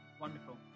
wonderful